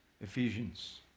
Ephesians